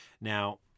Now